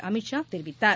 அமித்ஷா தெரிவித்தார்